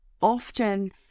often